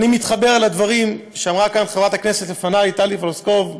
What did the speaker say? ואני מתחבר לדברים שאמרה כאן לפני חברת הכנסת טלי פלוסקוב,